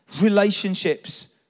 relationships